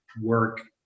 work